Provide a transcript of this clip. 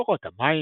בורות המים,